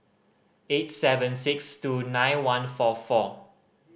eight seven six two nine one four four